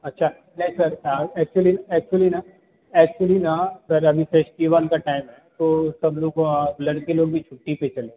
अच्छा नहीं sir actually actually ना एक्चुअली ना सर अभी फेस्टिवल का टाइम है तो सब लोग लड़के लोग भी छुट्टी पर चले